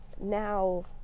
Now